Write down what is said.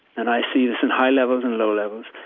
and i see this in high levels and low levels.